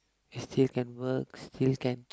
it still can works still can